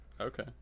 Okay